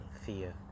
Fear